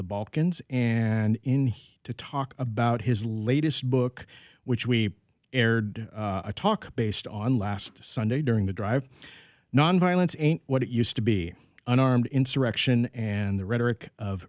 the balkans and in his to talk about his latest book which we aired a talk based on last sunday during the drive nonviolence and what it used to be an armed insurrection and the rhetoric of